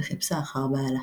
וחיפשה אחר בעלה.